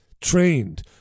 trained